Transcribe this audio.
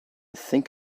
think